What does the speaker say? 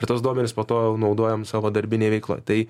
ir tuos duomenis po to naudojam savo darbinėj veikloj tai